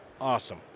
Awesome